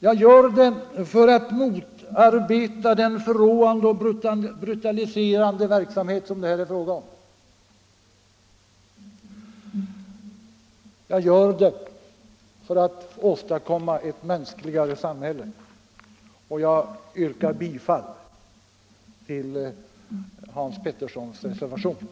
Jag gör det för att motarbeta den förråande och brutaliserande verksamhet som här bedrivs. Och jag gör det för att åstadkomma ett mänskligare samhälle. Herr talman! Jag yrkar bifall till reservationen 2 av herr Petersson i Röstånga.